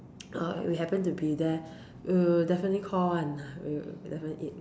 uh we happened to be there we definitely call [one] we'll definitely eat